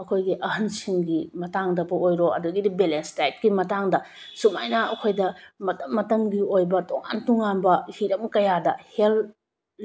ꯑꯩꯈꯣꯏꯒꯤ ꯑꯍꯜꯁꯤꯡꯒꯤ ꯃꯇꯥꯡꯗꯕꯨ ꯑꯣꯏꯔꯣ ꯑꯗꯒꯤꯗꯤ ꯕꯂꯦꯟꯁ ꯗꯥꯏꯠꯀꯤ ꯃꯇꯥꯡꯗ ꯁꯨꯃꯥꯏꯅ ꯑꯩꯈꯣꯏꯗ ꯃꯇꯝ ꯃꯇꯝꯒꯤ ꯑꯣꯏꯕ ꯇꯣꯉꯥꯟ ꯇꯣꯉꯥꯟꯕ ꯍꯤꯔꯝ ꯀꯌꯥꯗ ꯍꯦꯜꯠ